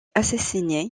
assassiné